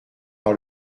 par